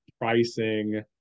pricing